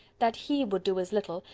that he would do as little,